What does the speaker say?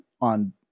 on